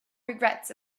regrets